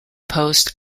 posts